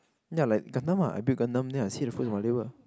ya like Gundam ah I build Gundam then I see fruits of my labour